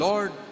Lord